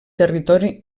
territori